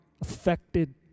affected